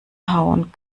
hauen